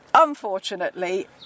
Unfortunately